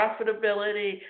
profitability